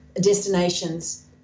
destinations